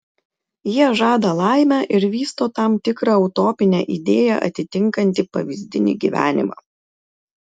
jie žada laimę ir vysto tam tikrą utopinę idėją atitinkantį pavyzdinį gyvenimą